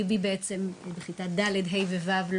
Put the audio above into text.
ליבי לא היה בבית הספר מכיתה ד׳ עד כיתה ו׳.